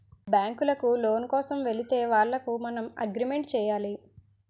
బ్యాంకులకు లోను కోసం వెళితే వాళ్లకు మనం అగ్రిమెంట్ చేయాలి